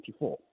1994